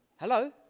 Hello